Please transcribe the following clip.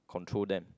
control them